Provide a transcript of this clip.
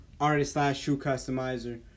artist-slash-shoe-customizer